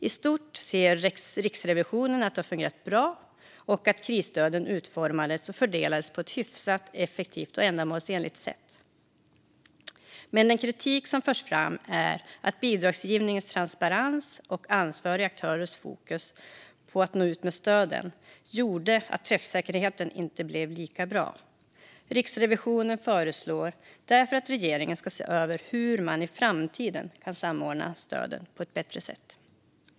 I stort ser Riksrevisionen att det har fungerat bra och att krisstöden utformades och fördelades på ett hyfsat effektivt och ändamålsenligt sätt. Men den kritik som förs fram är att bidragsgivningens transparens och ansvariga aktörers fokus på att nå ut med stöden gjorde att träffsäkerheten inte blev lika bra. Riksrevisionen föreslår därför att regeringen ska se över hur man i framtiden kan samordna stöden på ett bättre sätt.